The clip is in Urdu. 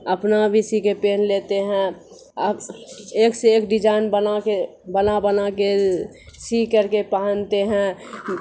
اپنا بھی سی کے پہن لیتے ہیں ایک سے ایک ڈیزائن بنا کے بنا بنا کے سی کر کے پہنتے ہیں